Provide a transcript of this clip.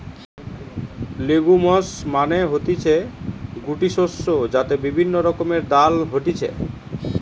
legumes মানে হতিছে গুটি শস্য যাতে বিভিন্ন রকমের ডাল হতিছে